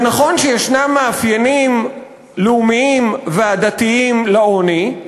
נכון שיש מאפיינים לאומיים ועדתיים לעוני,